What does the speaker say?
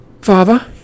father